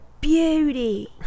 beauty